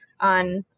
on